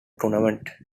tournament